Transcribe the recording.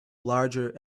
larger